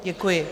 Děkuji.